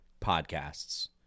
podcasts